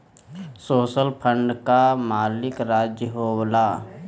social fund कअ मालिक राज्य होला